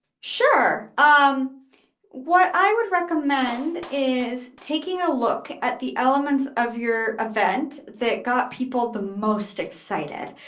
sure, um what i would recommend is taking a look at the elements of your event that got people the most excited.